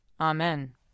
Amen